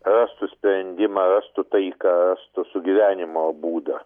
rastų sprendimą rastų taiką rastų sugyvenimo būdą